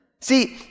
See